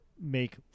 make